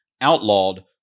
outlawed